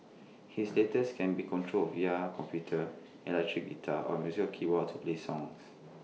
his latest can be controlled via computer electric guitar or musical keyboards to play songs